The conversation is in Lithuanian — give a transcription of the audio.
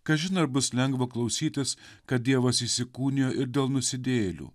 kažin ar bus lengva klausytis kad dievas įsikūnijo ir dėl nusidėjėlių